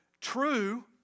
true